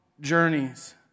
journeys